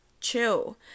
chill